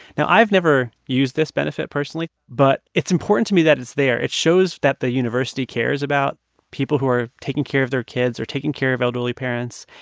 now, i've never used this benefit personally, but it's important to me that it's there. it shows that the university cares about people who are taking care of their kids or taking care of elderly parents.